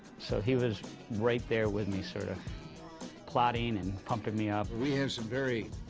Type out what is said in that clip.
so he was right there with me, sort of plotting and pumping me up. we have some very,